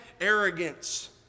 arrogance